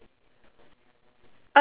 iya